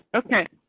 okay.